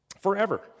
Forever